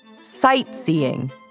Sightseeing